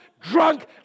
drunk